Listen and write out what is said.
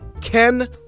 Ken